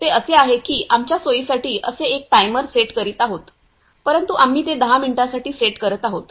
ते असे आहे की आमच्या सोयीसाठी असे एक टाइमर सेट करीत आहोत परंतु आम्ही ते 10 मिनिटांसाठी सेट करत आहोत